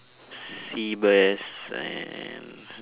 sea bass and like